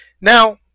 Now